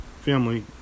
family